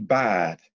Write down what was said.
bad